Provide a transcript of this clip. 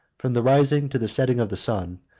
from the rising to the setting of the sun,